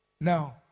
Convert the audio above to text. No